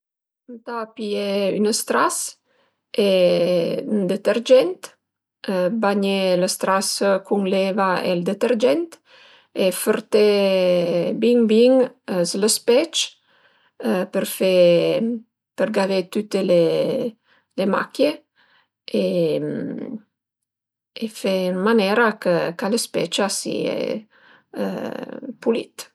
Ëntà pìé ën stras e ën detergent, bagné lë stras cun l'eva e ël detergent e fërté bin bin s'l'spec për fe për gavé tüte le macchie e fe ën manera chë lë spec a sie pulit